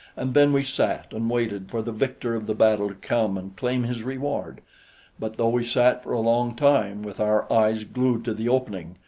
and then we sat and waited for the victor of the battle to come and claim his reward but though we sat for a long time with our eyes glued to the opening,